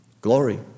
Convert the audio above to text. Glory